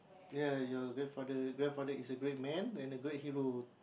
ya you wait for the wait for the is a great man and the grey hero